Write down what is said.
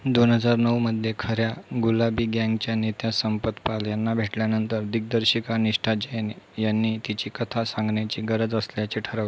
दोन हजार नऊ मध्ये खऱ्या गुलाबी गॅँगच्या नेत्या संपत पाल यांना भेटल्यानंतर दिग्दर्शिका निष्ठा जैन यांनी तिची कथा सांगण्याची गरज असल्याचे ठरव